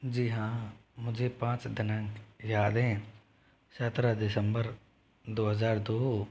जी हाँ मुझे पाँच दिनांक याद हैं सत्रह दिसंबर दो हजार दो